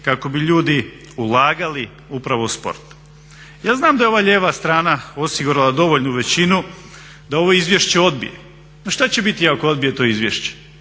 kako bi ljudi ulagali upravo u sport. Ja znam da je ova lijeva strana osigurala dovoljnu većinu da ovo izvješće odbije. A što će biti ako odbije to izvješće?